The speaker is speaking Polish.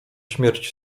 śmierć